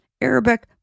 Arabic